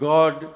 God